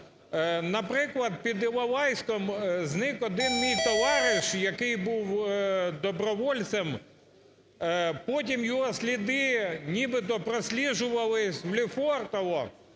Наприклад, під Іловайськом зник один мій товариш, який був добровольцем. Потім його сліди нібито просліджувалися в Лефортово,